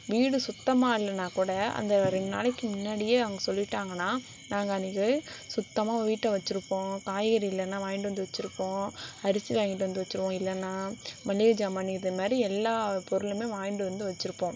வீடு சுத்தமாக இல்லைனாகூட அந்த ரெண்டு நாளைக்கு முன்னாடியே அவங்க சொல்லிவிட்டாங்கனா நாங்கள் அன்னிக்கி சுத்தமாக வீட்டை வச்சுருப்போம் காய்கறி இல்லனா வாய்ன்டு வந்து வச்சிருப்போம் அரிசி வாங்கிட்டு வந்து வச்சுருவோம் இல்லைனா மளிகை சாமான் இதை மாதிரி எல்லா பொருளுமே வாய்ன்ட்டு வந்து வச்சுருப்போம்